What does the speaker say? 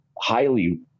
highly